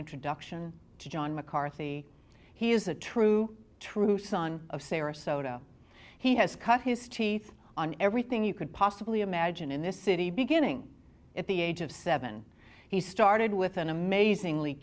introduction to john mccarthy he is a true true son of sarasota he has cut his teeth on everything you could possibly imagine in this city beginning at the age of seven he started with an amazingly